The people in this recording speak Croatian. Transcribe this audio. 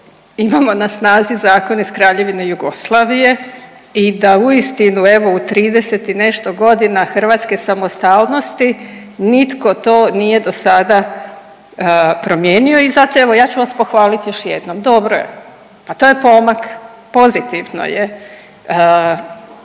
imamo na snazi zakon iz Kraljevine Jugoslavije i da uistinu evo u 30 i nešto godina hrvatske samostalnosti nitko to nije do sada promijenio i zato evo, ja ću vas pohvaliti još jednom, dobro je, pa to je pomak. Pozitivno je.